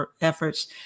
efforts